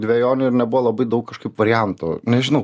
dvejonių ir nebuvo labai daug kažkaip variantų nežinau